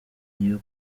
niyo